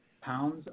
pounds